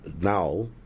now